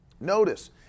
notice